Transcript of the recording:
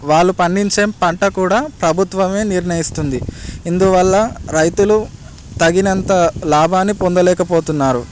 వాళ్ళు పండించే పంట కూడా ప్రభుత్వమే నిర్ణయిస్తుంది ఇందువల్ల రైతులు తగినంత లాభాన్ని పొందలేకపోతున్నారు